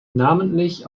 namentlich